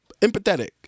empathetic